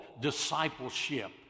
discipleship